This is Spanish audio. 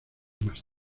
más